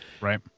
Right